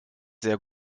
sehr